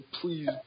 please